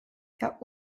der